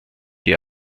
die